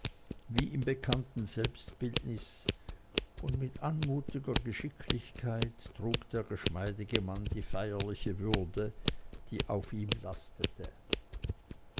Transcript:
wie im bekannten selbstbildnis und mit anmutiger geschicklichkeit trug der geschmeidige mann die feierliche würde die auf ihm lastete